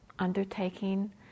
undertaking